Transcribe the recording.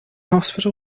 hospital